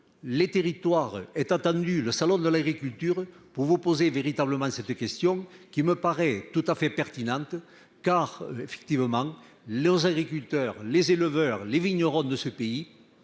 les territoires être entendu. Le Salon de l'agriculture pour vous poser véritablement cette question qui me paraît tout à fait pertinente car effectivement leurs agriculteurs, les éleveurs, les vignerons de ce pays